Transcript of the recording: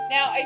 Now